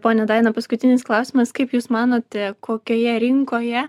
ponia daina paskutinis klausimas kaip jūs manote kokioje rinkoje